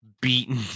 beaten